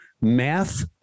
Math